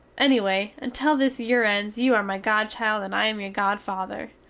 ennyway until this yere ends you are my godchild and i am your godfather,